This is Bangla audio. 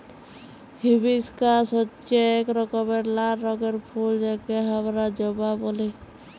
হিবিশকাস হচ্যে এক রকমের লাল রঙের ফুল যাকে হামরা জবা ব্যলি